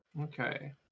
okay